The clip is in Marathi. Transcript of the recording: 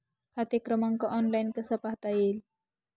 खाते क्रमांक ऑनलाइन कसा पाहता येईल?